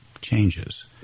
changes